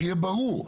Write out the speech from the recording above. שיהיה ברור.